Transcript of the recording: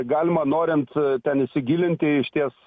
galima norint ten įsigilinti išties